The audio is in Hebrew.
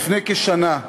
לפני כשנה,